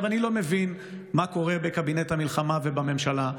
אני לא מבין מה קורה בקבינט המלחמה ובממשלה,